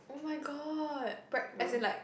oh my god preg~ as in like